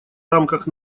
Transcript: рамках